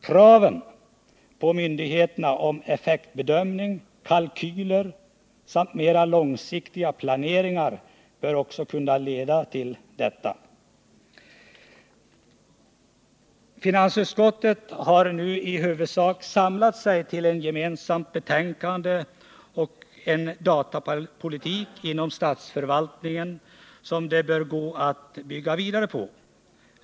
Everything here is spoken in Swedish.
Kraven på myndigheterna om effektbedömning, kalkyler samt mera långsiktiga planeringar bör också kunna leda till detta. Finansutskottet har nu i huvudsak samlat sig till ett gemensamt betänkande och en datapolitik inom statsförvaltningen som det bör gå att bygga vidare på.